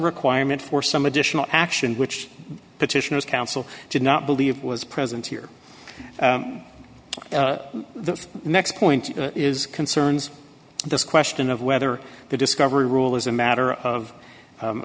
requirement for some additional action which petitioners counsel did not believe was present here the next point is concerns this question of whether the discovery rule is a matter of